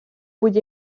будь